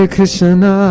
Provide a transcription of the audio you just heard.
Krishna